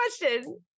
question